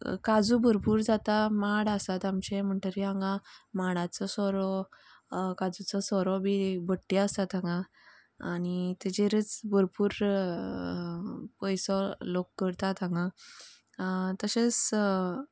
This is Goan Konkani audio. काजू भरपूर जाता माड आसात आमचे म्हणटरी हांगा माडाचो सोरो काजुचो सोरो बी भट्टी आसात हांगा आनी तिजेरूच भरपूर पयसो लोक करतात हांगा तशेंच